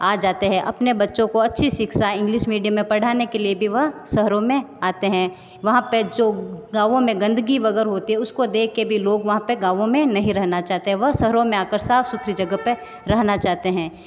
आ जाते हैं अपने बच्चों को अच्छी शिक्षा इंग्लिस मीडियम में पढ़ाने के लिए भी वह शहरों में आते हैं वहाँ पे जो गाँवो में गंदगी वगैरह होती है उसको देखके भी लोग वहाँ पे गाँवो में नहीं रहना चाहते वह शहरों में आकर साफ़ सुथरी जगह पे रहना चाहते हैं